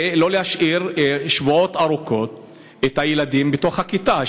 ולא להשאיר את הילדים שבועות ארוכים שלא בתוך הכיתה.